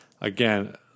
again